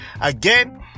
again